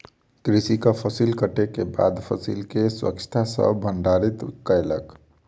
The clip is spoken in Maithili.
कृषक फसिल कटै के बाद फसिल के स्वच्छता सॅ भंडारित कयलक